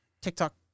TikTok